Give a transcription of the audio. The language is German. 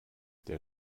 der